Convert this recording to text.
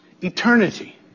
eternity